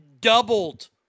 doubled